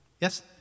Yes